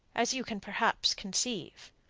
as you can perhaps conceive.